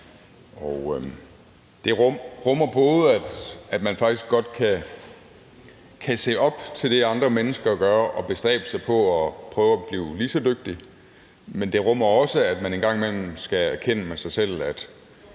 det rummer både, at man faktisk godt kan se op til det, som andre mennesker gør, og bestræbe sig på at prøve at blive lige så dygtig, men det rummer også, at man engang imellem skal erkende i forhold